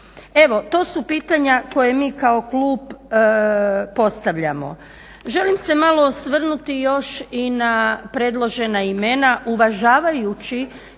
Evo to su pitanja koje mi kao klub postavljamo. Želim se malo osvrnuti još i na predložena imena uvažavajući